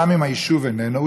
גם אם היישוב איננו,